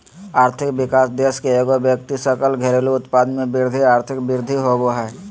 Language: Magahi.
आर्थिक विकास देश के एगो व्यक्ति सकल घरेलू उत्पाद में वृद्धि आर्थिक वृद्धि होबो हइ